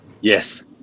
Yes